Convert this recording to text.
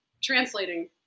translating